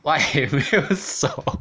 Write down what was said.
what if 没有手